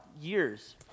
years